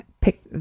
pick